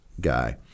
guy